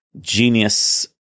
genius